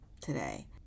today